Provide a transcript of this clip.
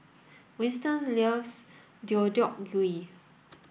Winston Deodeok Gui